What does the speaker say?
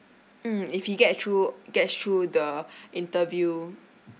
mm if he get through gets through the interview